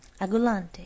Agulante